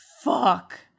fuck